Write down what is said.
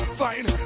fine